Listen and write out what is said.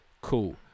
Cool